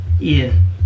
Ian